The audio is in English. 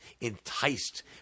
enticed